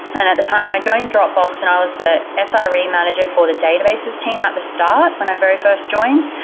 and at the time i joined dropbox and i was the ah sre manager for the database's team at the start when i very first joined,